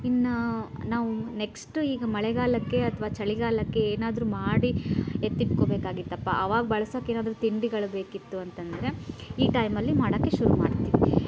ಇನ್ನು ನಾವು ನೆಕ್ಸ್ಟ್ ಈಗ ಮಳೆಗಾಲಕ್ಕೆ ಅಥ್ವಾ ಚಳಿಗಾಲಕ್ಕೆ ಏನಾದರೂ ಮಾಡಿ ಎತ್ತಿಡ್ಕೊಬೇಕಾಗಿತ್ತಪ್ಪಾ ಅವಾಗ ಬಳ್ಸೋಕ್ ಏನಾದರೂ ತಿಂಡಿಗಳು ಬೇಕಿತ್ತು ಅಂತಂದರೆ ಈ ಟೈಮಲ್ಲಿ ಮಾಡೋಕ್ಕೆ ಶುರು ಮಾಡ್ತೀವಿ